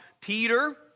Peter